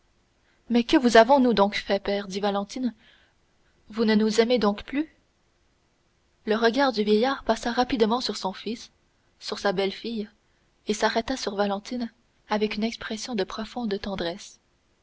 mais que vous avons-nous donc fait père dit valentine vous ne nous aimez donc plus le regard du vieillard passa rapidement sur son fils sur sa belle-fille et s'arrêta sur valentine avec une expression de profonde tendresse